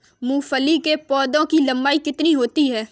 मूंगफली के पौधे की लंबाई कितनी होती है?